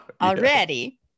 already